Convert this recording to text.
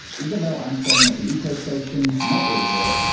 even though i'm staying at the eco-station not the resort,